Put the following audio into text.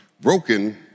broken